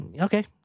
Okay